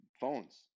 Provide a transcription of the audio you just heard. phones